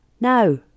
now